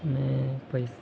અને પૈસ